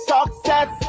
Success